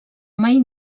mai